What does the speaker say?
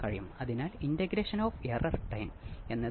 മറ്റൊന്ന് 180 ഡിഗ്രിയുടെ ഫേസ് മാറ്റമാണ്